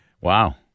Wow